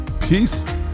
Peace